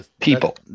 People